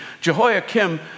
Jehoiakim